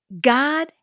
God